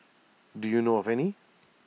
do you know of any